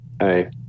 hey